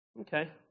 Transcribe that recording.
Okay